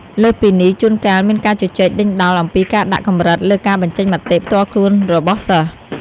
លើសពីនេះ ជួនកាលមានការជជែកដេញដោលអំពីការដាក់កម្រិតលើការបញ្ចេញមតិផ្ទាល់ខ្លួនរបស់សិស្ស។